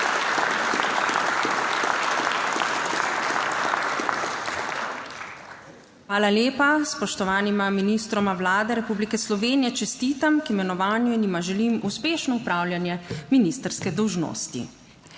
Hvala lepa. Spoštovanima ministroma Vlade Republike Slovenije čestitam k imenovanju in jima želim uspešno opravljanje ministrske dolžnosti.